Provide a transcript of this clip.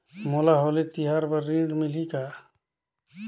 मोला होली तिहार बार ऋण मिलही कौन?